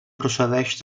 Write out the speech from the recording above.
procedeix